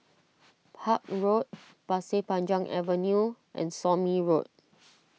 Park Road Pasir Panjang Avenue and Somme Road